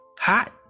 Hot